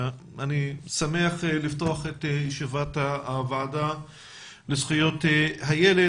אני שמח לפתוח את ישיבת הוועדה לזכויות הילד.